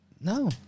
No